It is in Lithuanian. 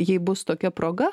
jei bus tokia proga